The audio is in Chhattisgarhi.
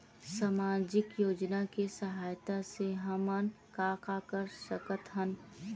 सामजिक योजना के सहायता से हमन का का कर सकत हन?